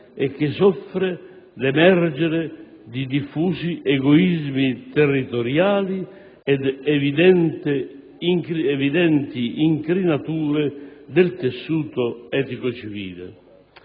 e che soffre l'emergere di diffusi egoismi territoriali ed evidenti incrinature del tessuto etico-civile.